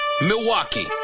Milwaukee